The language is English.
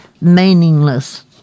meaningless